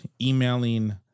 emailing